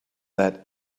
that